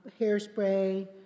hairspray